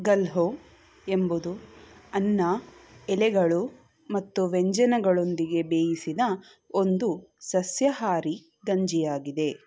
ಗಲ್ಹೋ ಎಂಬುದು ಅನ್ನ ಎಲೆಗಳು ಮತ್ತು ವ್ಯಂಜನಗಳೊಂದಿಗೆ ಬೇಯಿಸಿದ ಒಂದು ಸಸ್ಯಾಹಾರಿ ಗಂಜಿಯಾಗಿದೆ